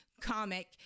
comic